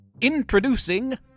Introducing